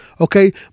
okay